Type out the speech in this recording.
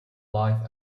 life